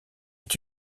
est